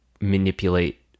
manipulate